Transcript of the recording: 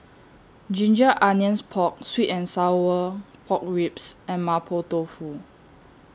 Ginger Onions Pork Sweet and Sour Pork Ribs and Mapo Tofu